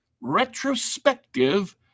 retrospective